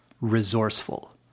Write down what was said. Resourceful